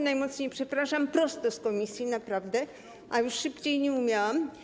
Najmocniej przepraszam - przyszłam prosto z komisji, naprawdę, a już szybciej nie umiałam.